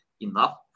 enough